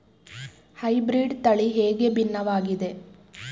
Hybrid ತಳಿ ಹೇಗೆ ಭಿನ್ನವಾಗಿದೆ?